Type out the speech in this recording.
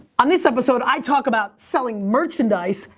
on this episode, i talk about selling merchandise,